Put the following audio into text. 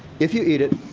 if you eat it,